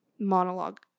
monologue